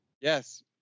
Yes